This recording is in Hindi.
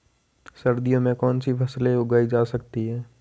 सर्दियों में कौनसी फसलें उगाई जा सकती हैं?